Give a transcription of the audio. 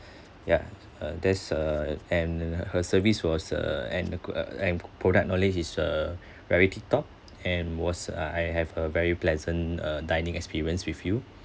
ya uh there's uh and her service was uh and uh and product knowledge is a rarity top and was a I have a very pleasant uh dining experience with you